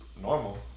Normal